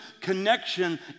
connection